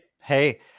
hey